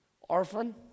Orphan